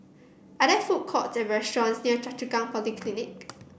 are there food court or restaurants near Choa Chu Kang Polyclinic